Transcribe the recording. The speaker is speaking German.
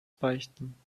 beichten